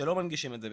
שלא מנגישים לסטרימינג.